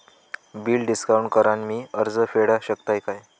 Bill discount करान मी कर्ज फेडा शकताय काय?